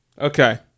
Okay